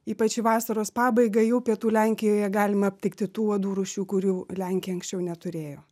ypač į vasaros pabaigą jau pietų lenkijoje galima aptikti tų uodų rūšių kurių lenkija anksčiau neturėjo